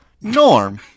Norm